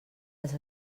les